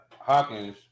Hawkins